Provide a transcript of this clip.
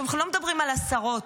אנחנו לא מדברים על עשרות.